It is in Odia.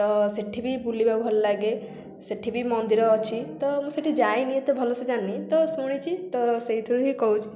ତ ସେଠି ବି ବୁଲିବାକୁ ଭଲ ଲାଗେ ସେଠି ବି ମନ୍ଦିର ଅଛି ତ ମୁଁ ସେଠି ଯାଇନି ଏତେ ଭଲସେ ଜାଣିନି ତ ଶୁଣିଛି ତ ସେଇଥିରୁ ହିଁ କହୁଛି